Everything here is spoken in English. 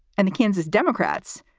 and the kansas democrats,